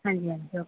ਹਾਂਜੀ ਹਾਂਜੀ ਓਕੇ